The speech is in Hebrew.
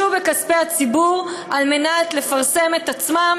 בכספי הציבור כדי לפרסם את עצמם,